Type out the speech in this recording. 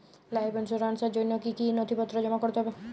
Life ইন্সুরেন্সর জন্য জন্য কি কি নথিপত্র জমা করতে হবে?